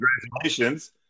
Congratulations